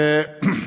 בבקשה.